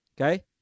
okay